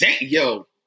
yo